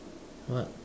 what